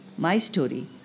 mystory